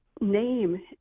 name